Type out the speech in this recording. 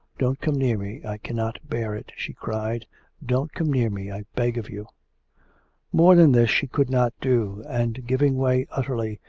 don't come near me i cannot bear it she cried don't come near me, i beg of you more than this she could not do, and giving way utterly,